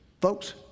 Folks